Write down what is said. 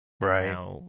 Right